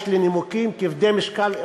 יש לי נימוקים כבדי משקל,